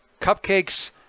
cupcakes